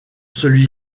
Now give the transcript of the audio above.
celui